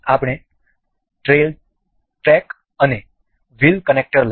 આપણે train track અને wheel connector લઈશું